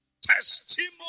Testimony